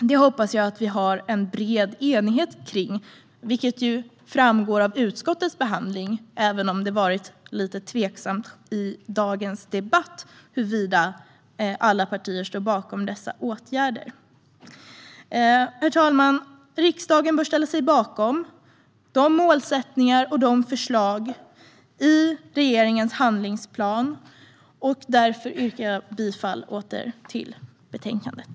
Det hoppas jag att vi har en bred enighet kring, vilket också framgår av utskottets behandling - även om det har varit lite tveksamt i dagens debatt huruvida alla partier står bakom dessa åtgärder. Herr talman! Riksdagen bör ställa sig bakom åtgärderna och förslagen i regeringens handlingsplan. Därför yrkar jag åter bifall till förslaget i betänkandet.